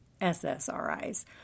SSRIs